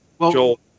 Joel